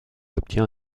obtient